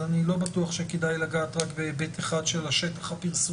ואני לא בטוח שכדאי לגעת רק בהיבט אחד של השטח הפרסומי.